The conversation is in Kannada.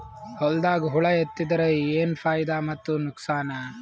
ಹೊಲದಾಗ ಹುಳ ಎತ್ತಿದರ ಏನ್ ಫಾಯಿದಾ ಮತ್ತು ನುಕಸಾನ?